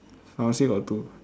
pharmacy got two